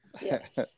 Yes